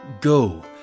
go